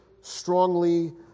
strongly